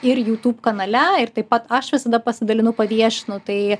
ir youtube kanale ir taip pat aš visada pasidalinu paviešinu tai